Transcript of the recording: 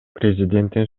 президенттин